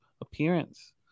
appearance